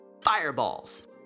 Fireballs